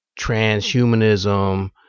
transhumanism